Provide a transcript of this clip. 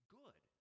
good